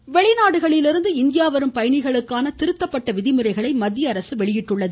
விதிமுறைகள் வெளிநாடுகளிலிருந்து இந்தியா வரும் பயணிகளுக்கான திருத்தப்பட்ட விதிமுறைகளை மத்திய அரசு வெளியிட்டுள்ளது